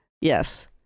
yes